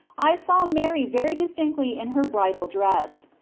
i saw mary very distinctly in her bridal dress.